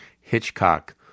Hitchcock